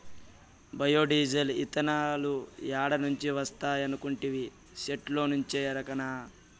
bio diesel, ఇతనాలు ఏడ నుంచి వస్తాయనుకొంటివి, సెట్టుల్నుంచే ఎరకనా